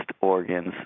organs